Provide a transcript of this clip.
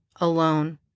alone